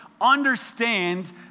understand